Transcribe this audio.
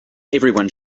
everyone